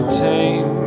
tame